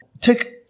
Take